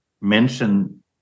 mention